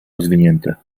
rozwinięte